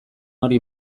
hori